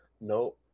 no